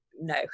No